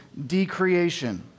decreation